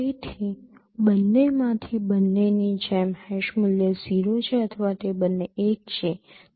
તેથી બંનેમાંથી બંનેની જેમ હેશ મૂલ્ય 0 છે અથવા તે બંને 1 છે